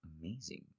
amazing